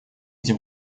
эти